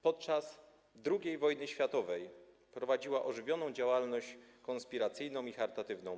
Podczas II wojny światowej prowadziła ożywioną działalność konspiracyjną i charytatywną.